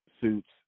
suits